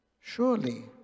Surely